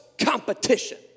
competition